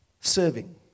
Serving